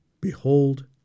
Behold